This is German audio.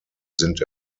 sind